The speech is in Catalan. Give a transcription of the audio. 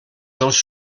dels